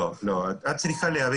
מה שאני רוצה להגיד